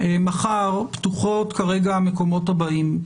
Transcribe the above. מחר פתוחים כרגע המקומות הבאים: